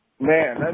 Man